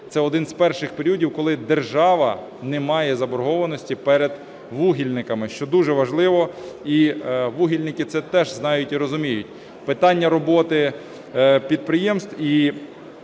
це один з перших періодів, коли держава не має заборгованості перед вугільниками, що дуже важливо, і вугільники це теж знають і розуміють. Питання роботи підприємств, і